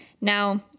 Now